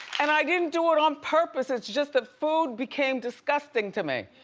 and i didn't do it on purpose, it's just that food became disgusting to me.